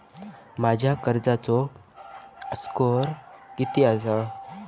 माझ्या कर्जाचो स्कोअर किती आसा?